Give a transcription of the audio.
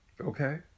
okay